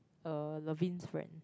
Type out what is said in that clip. uh Davine's friends